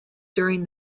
during